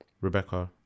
Rebecca